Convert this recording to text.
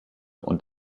und